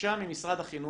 ביקשה ממשרד החינוך,